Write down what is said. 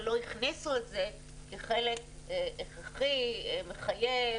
אבל לא הכניסו את זה כחלק הכרחי מחייב